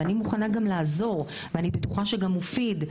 ואני מוכנה גם לעזור ואני בטוחה שגם מופיד,